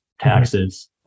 taxes